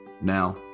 Now